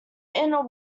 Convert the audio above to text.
inner